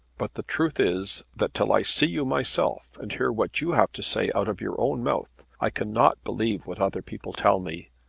but the truth is that till i see you myself and hear what you have to say out of your own mouth i cannot believe what other people tell me.